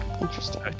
Interesting